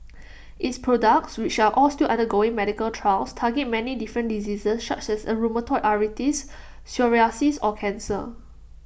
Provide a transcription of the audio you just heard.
its products which are all still undergoing medical trials target many different diseases such as A rheumatoid arthritis psoriasis or cancer